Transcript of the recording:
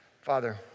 father